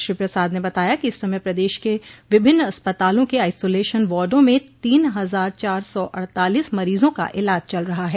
श्री प्रसाद ने बताया कि इस समय प्रदेश के विभिन्न अस्पतालों के आईसोलेशन वार्डो में तीन हजार चार सौ अड़तालीस मरीजों का इलाज चल रहा है